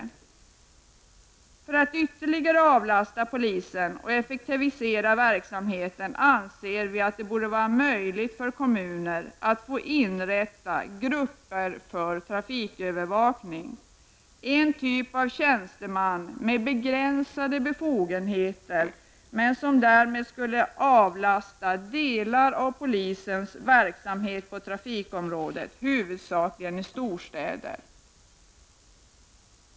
För att ytterligare avlasta polisen och effektivisera verksamheten anser vi att det borde vara möjligt för kommuner att få inrätta grupper för trafikövervakning. Det skulle bli fråga om en typ av tjänsteman med begränsade befogenheter men med möjlighet att avlasta delar av polisens verksamhet på trafikområdet, huvudsakligen i storstäder.